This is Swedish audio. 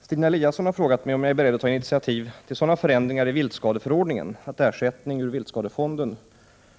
Herr talman! Stina Eliasson har frågat mig om jag är beredd att ta initiativ till sådana förändringar i viltskadeförordningen att ersättning ur viltskadefonden